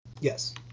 Yes